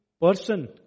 person